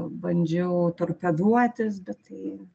bandžiau torpeduotis bet tai